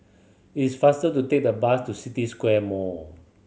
it's faster to take the bus to City Square Mall